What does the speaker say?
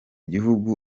gihugu